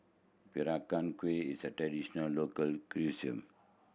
Peranakan Kueh is a traditional local cuisine